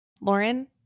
Lauren